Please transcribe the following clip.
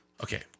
Okay